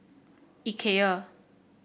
Ikea